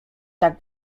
tak